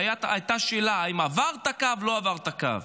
הייתה שאלה אם הוא עבר את הקו או לא עבר את הקו.